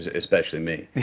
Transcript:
ah especially me.